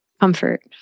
comfort